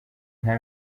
nka